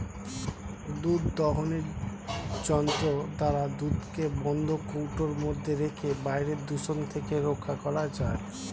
দুধ দোহনের যন্ত্র দ্বারা দুধকে বন্ধ কৌটোর মধ্যে রেখে বাইরের দূষণ থেকে রক্ষা করা যায়